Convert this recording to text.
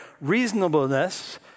reasonableness